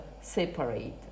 separate